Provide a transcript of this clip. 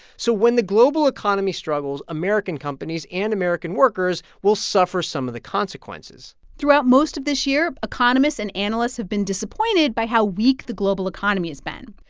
so when the global economy struggles, american companies and american workers will suffer some of the consequences throughout most of this year, economists and analysts have been disappointed by how weak the global economy has been,